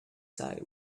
side